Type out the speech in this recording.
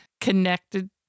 connected